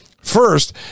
First